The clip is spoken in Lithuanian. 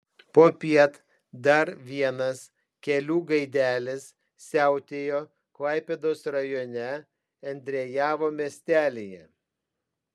popiet dar vienas kelių gaidelis siautėjo klaipėdos rajone endriejavo miestelyje